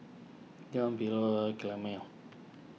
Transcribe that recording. Deon Philo